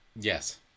yes